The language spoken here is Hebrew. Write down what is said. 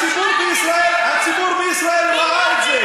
הציבור בישראל, הציבור בישראל ראה את זה.